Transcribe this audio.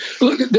Look